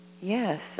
yes